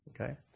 Okay